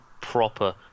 proper